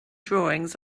drawings